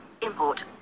import